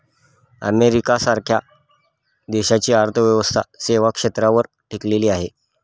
America सारख्या देशाची अर्थव्यवस्था सेवा क्षेत्रावर टिकलेली आहे